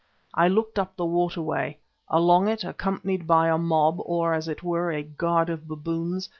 i looked up the water-way along it, accompanied by a mob, or, as it were, a guard of baboons,